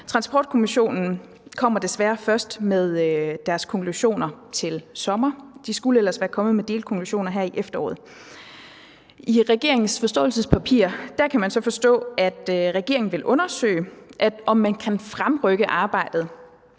Transportkommissionen kommer desværre først med deres konklusioner til sommer. De skulle ellers være kommet med delkonklusioner her i efteråret. I regeringens forståelsespapir kan man så se, at regeringen vil undersøge, om man kan fremrykke arbejdet